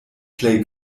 plej